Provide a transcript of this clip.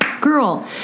girl